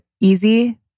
easy